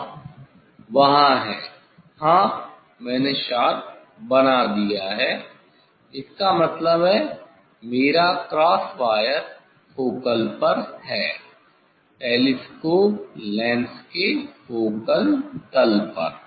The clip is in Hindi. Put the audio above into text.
हाँ वहाँ है हाँ मैंने शार्प बना दिया है इसका मतलब है मेरा क्रॉस वायर फोकल पर है टेलिस्कोप लेंस के फोकल तल पर